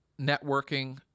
networking